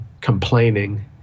complaining